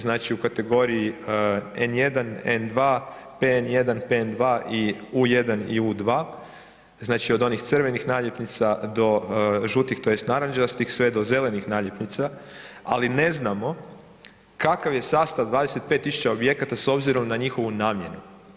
Znači u kategoriji N1, N2, PN1, PN2 i U1 i U2, znači od onih crvenih naljepnica do žutih, tj. narančastih, sve do zelenih naljepnica, ali ne znamo kakav je sastav 25 tisuća objekata s obzirom na njihovu namjenu.